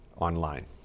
online